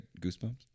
Goosebumps